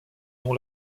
dont